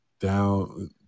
down